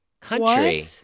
country